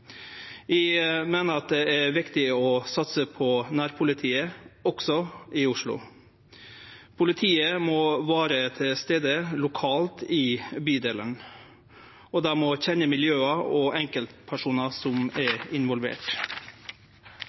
Eg meiner at det er viktig å satse på nærpolitiet, også i Oslo. Politiet må vere til stades lokalt i bydelen, og dei må kjenne miljøa og enkeltpersonar som er